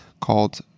called